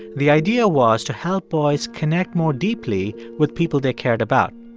the idea was to help boys connect more deeply with people they cared about.